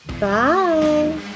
bye